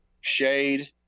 shade